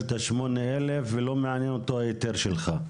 את השמונה אלף ולא מעניין אותו ההיתר שלך.